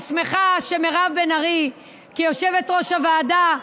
אז אני שמחה שמירב בן ארי, כיושבת-ראש הוועדה,